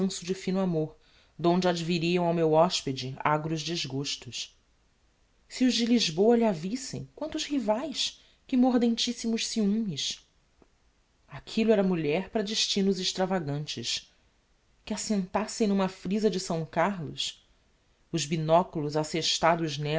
lanço de fino amor d'onde adviriam ao meu hospede agros desgostos se os de lisboa lh'a vissem quantos rivaes que mordentissimos ciumes aquillo era mulher para destinos extravagantes que a sentassem n'uma friza de s carlos os binoculos assestados